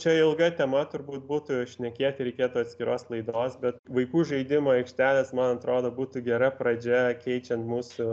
čia ilga tema turbūt būtų šnekėti reikėtų atskiros laidos bet vaikų žaidimų aikštelės man atrodo būtų gera pradžia keičiant mūsų